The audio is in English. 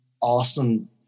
awesome